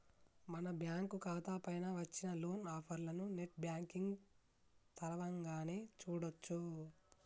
మన బ్యాంకు ఖాతా పైన వచ్చిన లోన్ ఆఫర్లను నెట్ బ్యాంకింగ్ తరవంగానే చూడొచ్చు